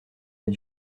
est